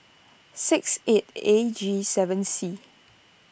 six eight A G seven C